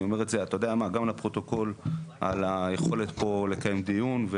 אני אומר לך גם לפרוטוקול על היכולת פה לקיים דיון,